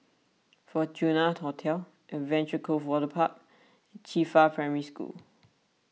Fortuna Hotel Adventure Cove Waterpark Qifa Primary School